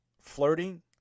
flirting